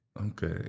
okay